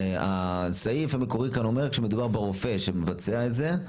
הסעיף המקורי כאן אומר כשמדובר ברופא שמבצע את זה,